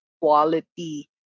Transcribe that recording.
quality